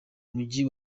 mujyi